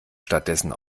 stattdessen